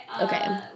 Okay